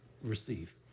receive